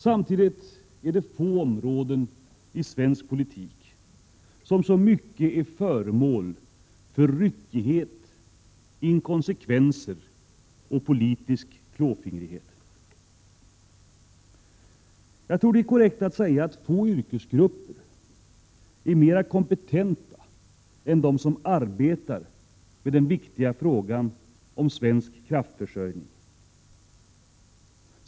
Samtidigt är det inte många områden inom svensk politik som i så stor utsträckning är föremål för ryckighet, inkonsekvenser och politisk klåfingrighet. Herr talman! Jag tror att det är korrekt att säga att få yrkesgrupper är mera sakligt kompetenta än de som arbetar med den viktiga frågan om svensk kraftförsörjning.